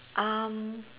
um